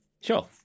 Sure